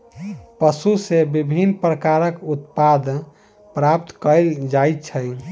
पशु सॅ विभिन्न प्रकारक उत्पाद प्राप्त कयल जाइत छै